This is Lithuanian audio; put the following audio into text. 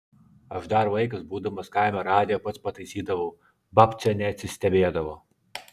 aš dar vaikas būdamas kaime radiją pats pataisydavau babcė neatsistebėdavo